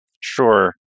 sure